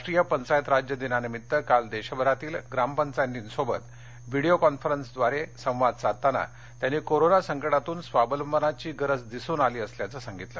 राष्ट्रीय पंचायत राज्य दिनानिमित्त काल देशभरातील ग्राम पंचायतींसोबत विडीयो कॉन्फरन्सद्वारे संवाद साधताना त्यांनी कोरोना संकटातून स्वावलंबनाची गरज दिसून आली असल्याचं सांगितलं